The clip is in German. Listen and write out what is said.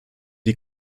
die